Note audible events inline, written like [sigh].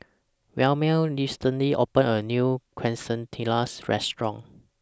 [noise] Wilmer recently opened A New Quesadillas Restaurant